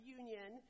union